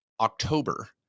October